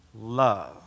Love